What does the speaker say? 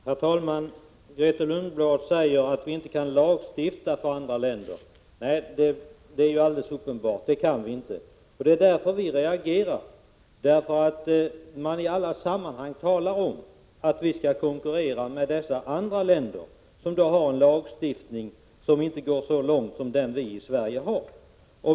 Herr talman! Grethe Lundblad säger att vi inte kan stifta lagar för andra länder. Nej, det är alldeles uppenbart — det kan vi inte. Det är därför vi reagerar, när man i alla sammanhang talar om att vi skall konkurrera med dessa andra länder som har en lagstiftning som inte går så långt som vår.